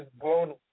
blown